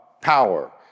power